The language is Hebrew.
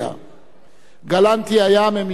גלנטי היה ממייסדי התנועה